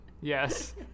yes